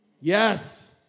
Yes